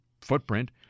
footprint